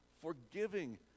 forgiving